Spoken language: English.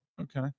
okay